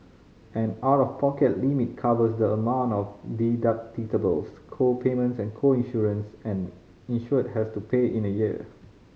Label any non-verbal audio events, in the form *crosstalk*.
an out of pocket limit covers the amount of *unintelligible* co payments and co insurance an insured has to pay in a year